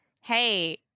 hey